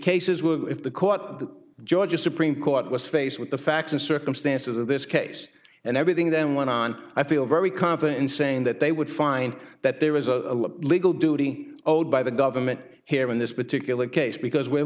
were if the court the georgia supreme court was faced with the facts and circumstances of this case and everything then went on i feel very confident in saying that they would find that there was a legal duty owed by the government here in this particular case because we're